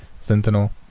Sentinel